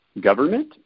government